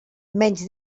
menys